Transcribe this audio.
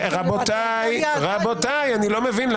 רבותיי, אני לא מבין.